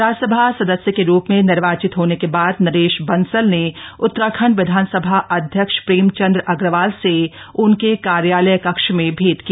राज्यसभा सदस्य के रूप में निर्वाचित होने के बाद नरेश बंसल ने उत्तराखंड विधानसभा अध्यक्ष प्रेमचंद अग्रवाल से उनके कार्यालय कक्ष में भेंट की